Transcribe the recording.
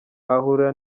ahahurira